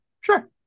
Sure